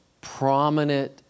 prominent